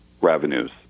revenues